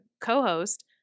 co-host